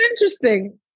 interesting